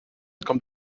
kommt